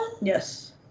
Yes